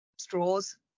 straws